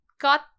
got